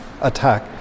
attack